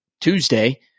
Tuesday